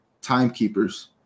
timekeepers